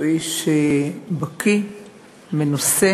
שהוא איש בקי, מנוסה,